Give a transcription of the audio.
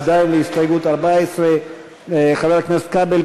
עדיין בהסתייגות 14. חבר הכנסת כבל,